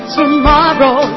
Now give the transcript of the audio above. tomorrow